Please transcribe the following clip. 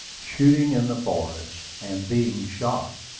shooting in the forest and being shot.